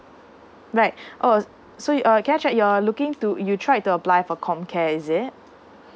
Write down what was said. right oh so you err can I check you are looking to you tried to apply for com care is it